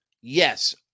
yes